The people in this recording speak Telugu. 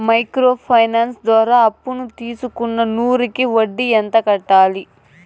మైక్రో ఫైనాన్స్ ద్వారా అప్పును తీసుకున్న నూరు కి వడ్డీ ఎంత కట్టాలి?